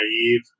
naive